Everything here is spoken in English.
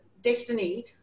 destiny